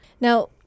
Now